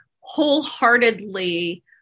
wholeheartedly